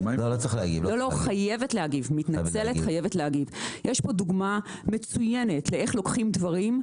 על -- יש פה דוגמה מצוינת לאיך לוקחים דברים,